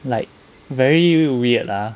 like very weird lah